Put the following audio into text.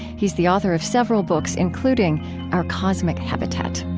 he's the author of several books, including our cosmic habitat